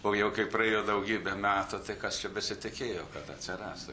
o jau praėjo daugybė metų tai kas čia besitikėjo kad atsiras